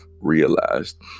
realized